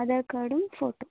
ആധാർ കാർഡും ഫോട്ടോ